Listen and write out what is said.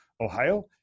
Ohio